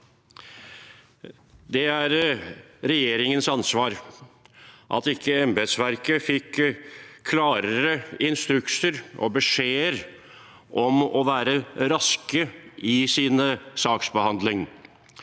Det er regjeringens ansvar at embetsverket ikke fikk klarere instrukser og beskjeder om å være raske i sin saksbehandling.